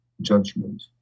judgment